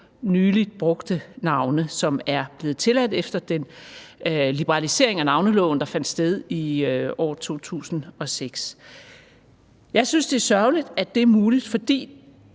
nyligt brugte havne, som er blevet tilladt efter den liberalisering af navneloven, der fandt sted i år 2006. Jeg synes, det er sørgeligt, at det er muligt. For